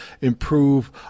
improve